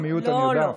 אנחנו המיעוט הנרדף.